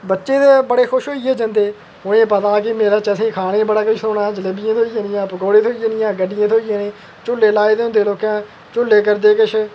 बच्चे बड़े खुश होइयै जंदे उ'नें ई पता ऐ कि मेले च असें ई खाने ई बड़ा किश थ्होना ऐ जलेबियां थ्होई जानियां पकौड़े थ्होई जाने गड्डियां थ्होई जानियां झूले लाए दे होंदे लोकें झूले करदे किश